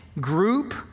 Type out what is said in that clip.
group